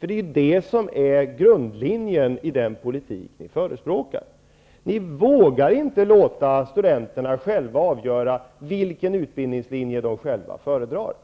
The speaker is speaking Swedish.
För det är det som är grundlinjen i den politik som ni förespråkar. Ni vågar inte låta studenterna själva avgöra vilken utbildningslinje som de själva föredrar.